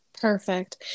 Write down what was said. Perfect